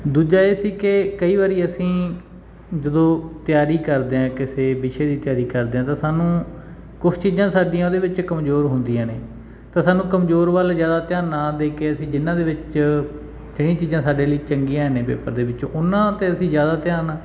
ਦੂਜਾ ਇਹ ਸੀ ਕਿ ਕਈ ਵਾਰੀ ਅਸੀਂ ਜਦੋਂ ਤਿਆਰੀ ਕਰਦੇ ਹਾਂ ਕਿਸੇ ਵਿਸ਼ੇ ਦੀ ਤਿਆਰੀ ਕਰਦੇ ਹਾਂ ਤਾਂ ਸਾਨੂੰ ਕੁਛ ਚੀਜ਼ਾਂ ਸਾਡੀਆਂ ਉਹਦੇ ਵਿੱਚ ਕਮਜ਼ੋਰ ਹੁੰਦੀਆਂ ਨੇ ਤਾਂ ਸਾਨੂੰ ਕਮਜ਼ੋਰ ਵੱਲ ਜ਼ਿਆਦਾ ਧਿਆਨ ਨਾ ਦੇ ਕੇ ਅਸੀਂ ਜਿਨ੍ਹਾਂ ਦੇ ਵਿੱਚ ਜਿਹੜੀਆਂ ਚੀਜ਼ਾਂ ਸਾਡੇ ਲਈ ਚੰਗੀਆਂ ਨੇ ਪੇਪਰ ਦੇ ਵਿੱਚ ਉਹਨਾਂ 'ਤੇ ਅਸੀਂ ਜ਼ਿਆਦਾ ਧਿਆਨ